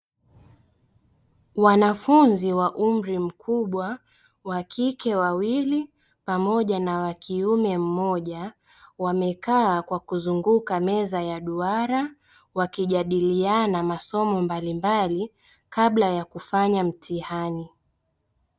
Wanafunzi wa umri mkubwa wakike wawili pamoja na wakiume mmoja wamekaa kwa kuzunguka meza ya duara wakijadiliana masomo mbalimbali kabla ya kufanya mtihani.